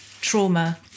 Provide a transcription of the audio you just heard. trauma